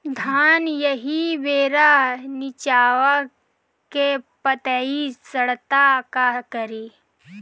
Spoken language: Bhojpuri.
धान एही बेरा निचवा के पतयी सड़ता का करी?